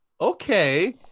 okay